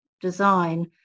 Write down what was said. design